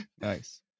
Nice